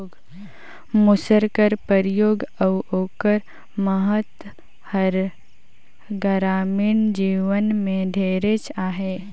मूसर कर परियोग अउ ओकर महत हर गरामीन जीवन में ढेरेच अहे